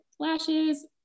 lashes